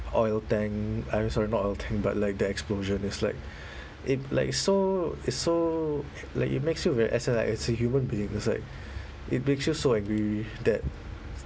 oil tank I mean sorry not oil tank but like the explosion is like it like so it's so like it makes you very as in like as a human being was like it makes you so angry that